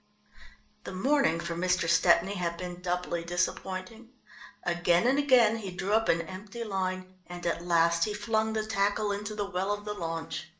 the morning for mr. stepney had been doubly disappointing again and again he drew up an empty line, and at last he flung the tackle into the well of the launch.